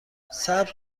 صبر